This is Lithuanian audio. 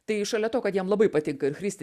tai šalia to kad jam labai patinka ir christi